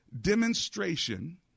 demonstration